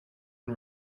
and